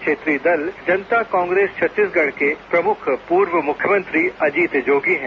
क्षेत्रीय दल जनता कांग्रेस छत्तीसगढ़ के प्रमुख पूर्व मुख्यमंत्री अजीत जोगी है